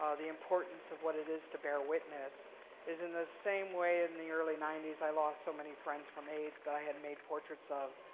ah the importance of what it is to bear witness is in the same way in the early ninety s i lost so many friends from aids that i had made portraits of.